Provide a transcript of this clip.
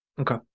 Okay